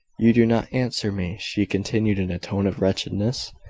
you do not answer me, she continued in a tone of wretchedness.